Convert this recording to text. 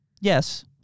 Yes